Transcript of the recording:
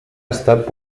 estat